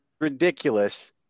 ridiculous